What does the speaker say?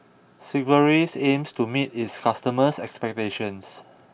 Sigvaris aims to meet its customers' expectations